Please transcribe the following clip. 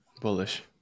bullish